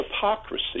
hypocrisy